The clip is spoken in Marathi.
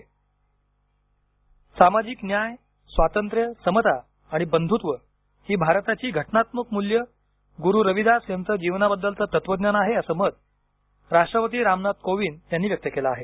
राष्ट्रपती गरू रविदास सामाजिक न्याय स्वातंत्र्य समता आणि बंधुत्व ही भारताची घटनात्मक मूल्ये गुरू रविदास यांच जीवनाबद्दलचं तत्वज्ञान आहे असं मत राष्ट्रपती रामनाथ कोविंद यांनी व्यक्त केलं आहे